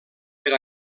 per